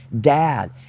dad